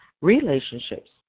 relationships